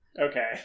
okay